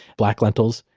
black lentils,